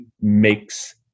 makes